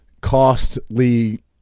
costly